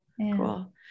cool